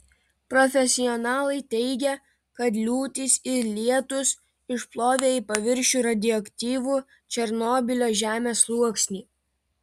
profesionalai teigia kad liūtys ir lietūs išplovė į paviršių radioaktyvų černobylio žemės sluoksnį